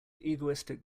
egoistic